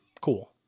cool